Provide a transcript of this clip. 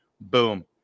Boom